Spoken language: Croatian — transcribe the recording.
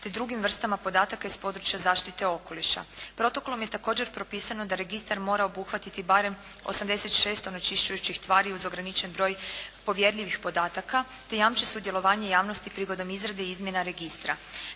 te drugim vrstama podataka iz područja zaštite okoliša. Protokolom je također propisano da registar mora obuhvatiti barem 86 onečišćujućih tvari uz ograničen broj povjerljivih podataka te jamči sudjelovanje javnosti prigodom izrade izmjena registra.